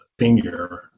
senior